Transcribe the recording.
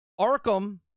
Arkham